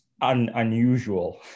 unusual